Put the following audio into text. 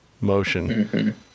motion